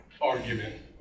argument